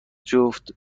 جفت